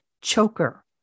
choker